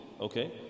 Okay